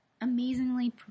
amazingly